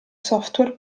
software